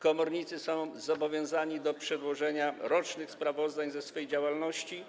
Komornicy są zobowiązani do przedłożenia rocznych sprawozdań ze swojej działalności